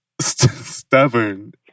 stubborn